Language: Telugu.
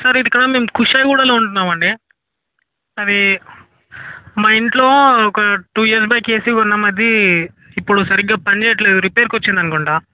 సార్ ఇది ఇక్కడ మేము కుషాయిగూడాలో ఉంటున్నాం అండి అది మా ఇంట్లో ఒక టూ ఇయర్ బ్యాక్ ఏసీ కొన్నాం అది ఇప్పుడు సరిగా పని చేయట్లేదు రిపేర్కి వచ్చింది అనుకుంటాను